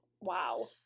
Wow